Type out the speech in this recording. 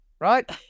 right